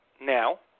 Now